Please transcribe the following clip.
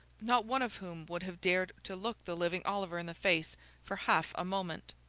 not one of whom would have dared to look the living oliver in the face for half a moment!